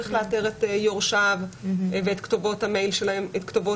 וצריך לאתר את יורשיו ואת הכתובות והטלפון שלהם.